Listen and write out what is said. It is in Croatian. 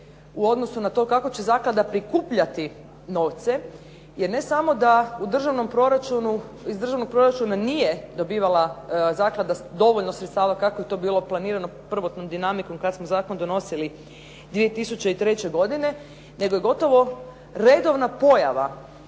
u odnosu na to kako će zaklada prikupljati novce, jer ne samo da iz Državnog proračuna nije dobivala zaklada dovoljno sredstava kako je to bilo planirano prvotnom dinamikom kad smo zakon donosili 2003. godine, nego je gotovo redovna pojava